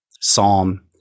psalm